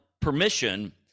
permission